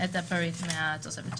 הפריט מהתוספת שלהם.